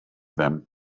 them